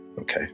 Okay